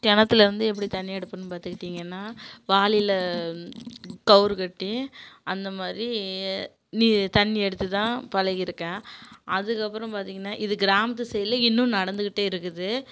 கிணத்துல இருந்து எப்படி தண்ணி எடுக்கணுன் பார்த்துக்கிட்டிங்கன்னா வாளியில் கயிறு கட்டி அந்த மாதிரி நீ தண்ணி எடுத்து தான் பழகிருக்கேன் அதுக்கு அப்புறம் பார்த்திங்கன்னா இது கிராமத்து சைடில் இன்னும் நடந்துக்கிட்டு இருக்குது